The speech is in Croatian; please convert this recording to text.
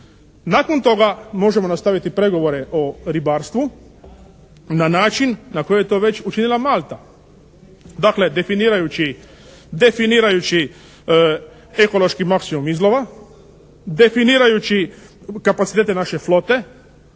Nakon toga možemo nastaviti pregovore o ribarstvu na način na koji je to već učinila Malta. Dakle definirajući ekološki maksimum izlova. Definrajući kapacitete naše flote